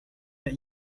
that